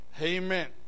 Amen